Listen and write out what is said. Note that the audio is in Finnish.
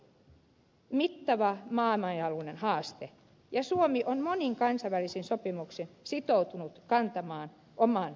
pakolaisuus on valitettavasti mittava maailmanlaajuinen haaste ja suomi on monin kansainvälisin sopimuksin sitoutunut kantamaan oman vastuunsa